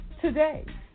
today